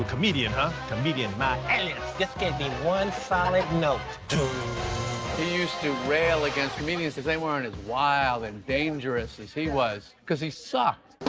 comedian, huh? comedian, my ass. just give me one solid note. he used to rail against comedians because they weren't as wild and dangerous as he was. because he sucked.